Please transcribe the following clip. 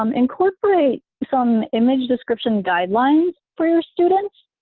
um incorporate some image description guidelines for your students,